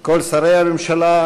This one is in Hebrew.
כל שרי הממשלה,